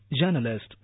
journalist